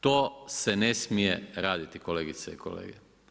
To se ne smije raditi kolegice i kolege.